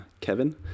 Kevin